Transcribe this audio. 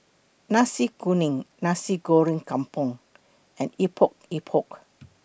Nasi Kuning Nasi Goreng Kampung and Epok Epok